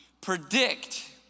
predict